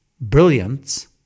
brilliance